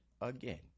again